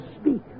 speak